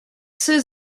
psy